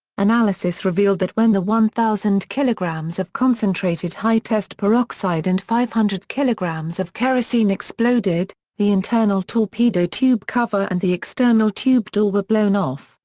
analysis revealed that when the one thousand kilograms of concentrated high-test peroxide and five hundred kilograms of kerosene exploded, the internal torpedo tube cover and the external tube door were blown off,